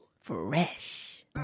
Fresh